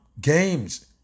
games